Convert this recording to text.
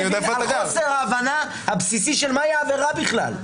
זה בהכרח מעיד על חוסר ההבנה הבסיסי של מה היא העבירה בכלל.